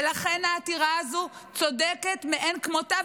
ולכן העתירה הזו צודקת מאין כמותה,